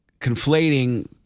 conflating